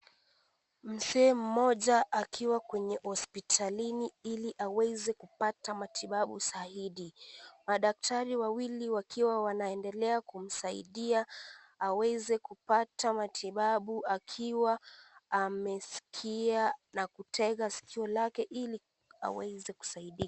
Mzee mmoja akiwa kwenye hospitalini ili aweze kupata matibabu zaidi. Madaktari wawili wakiwa wanaendelea kumsaidia aweze kupata matibabu akiwa amesikia na kutegea sikio lake ili aweze kusaidiwa.